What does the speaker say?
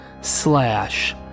slash